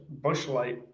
Bushlight